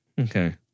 Okay